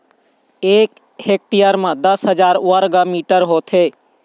एक हेक्टेयर म दस हजार वर्ग मीटर होथे